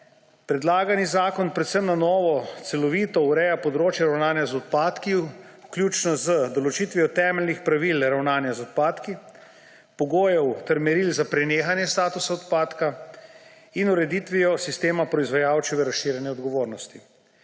Predlagani zakon predvsem na novo celovito ureja področje ravnanja z odpadki, vključno z določitvijo temeljnih pravil ravnanja z odpadki, pogojev ter meril za prenehanje statusa odpadka in ureditvijo sistema proizvajalčeve razširjene odgovornosti.